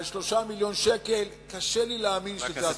על 3 מיליוני שקלים, קשה לי להאמין שזה הסיפור.